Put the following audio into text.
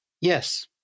Yes